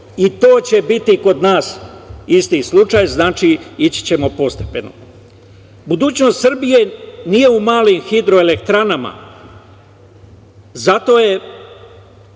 i to će biti kod nas isti slučaj. Znači, ići ćemo postepeno. Budućnost Srbije nije u malim hidroelektranama zato jer